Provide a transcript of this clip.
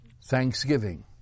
Thanksgiving